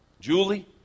Julie